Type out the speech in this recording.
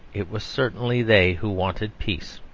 it was certainly they who wanted peace.